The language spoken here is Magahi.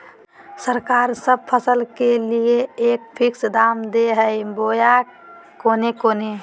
सरकार सब फसल के लिए एक फिक्स दाम दे है बोया कोनो कोनो?